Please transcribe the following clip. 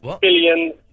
billion